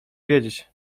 wiedzieć